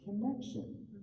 connection